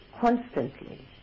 constantly